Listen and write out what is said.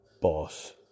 boss